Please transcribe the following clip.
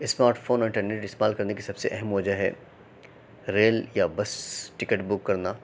smart phone internet استعمال کرنے کی سب سے اہم وجہ ہے ریل یا بس ٹکٹ بک کرنا